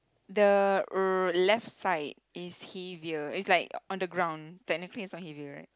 the r~ left side is heavier it's like on the ground technically it's not heavier right